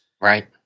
Right